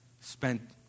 spent